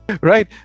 Right